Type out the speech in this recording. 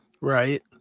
Right